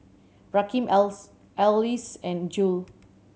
Rakeem else Elise and Jule